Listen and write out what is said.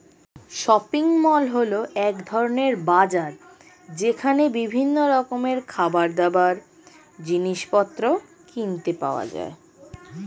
shopping mall হল এক ধরণের বাজার যেখানে বিভিন্ন রকমের খাবারদাবার, জিনিসপত্র কিনতে পাওয়া যায়